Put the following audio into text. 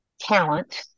talent